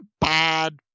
bad